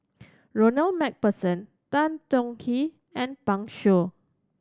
Ronald Macpherson Tan Tong Hye and Pan Shou